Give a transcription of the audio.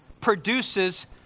produces